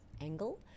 angle